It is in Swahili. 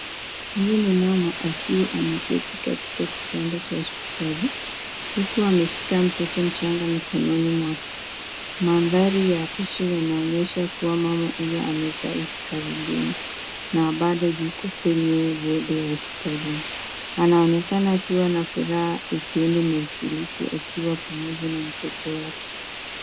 Huyu ni mama akiwa ameketi katika kitanda cha hospitali uku ameshika mtoto mchanga mikononi mwake. Mandhari ya picha inaonyesha kuwa mama huyo amezaa hivi karibuni na bado yuko kwenye wodi ya hospitalini. Anaonekana akiwa na furaha, upendo na utulivu akiwa pamoja na mtoto wake.